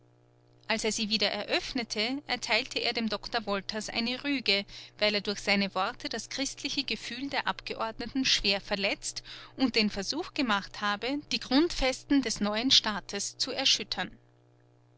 als er sie wieder eröffnete erteilte er dem doktor wolters eine rüge weil er durch seine worte das christliche gefühl der abgeordneten schwer verletzt und den versuch gemacht habe die grundfesten des neuen staates zu erschüttern